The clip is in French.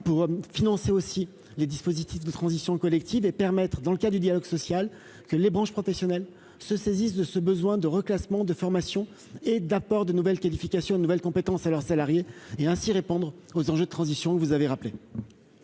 pour financer aussi les dispositifs de transition collectives et permettre, dans le cas du dialogue social, que les branches professionnelles se saisisse de ce besoin de reclassement, de formation et d'apport de nouvelles qualifications de nouvelles compétences à leurs salariés et ainsi répondre aux enjeux de transition que vous avez rappelé.